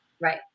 Right